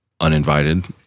uninvited